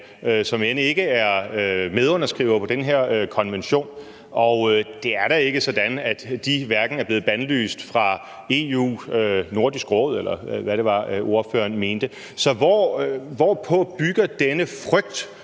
som end ikke er medunderskrivere på den her konvention, og det er da ikke sådan, at de er blevet bandlyst fra EU eller Nordisk Råd, eller hvad det var, ordføreren mente. Så hvad bygger denne frygt